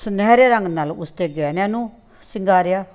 ਸੁਨਹਿਰੇ ਰੰਗ ਨਾਲ ਉਸ 'ਤੇ ਗਹਿਣਿਆਂ ਨੂੰ ਸ਼ਿੰਗਾਰਿਆ